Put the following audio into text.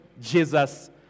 Jesus